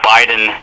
Biden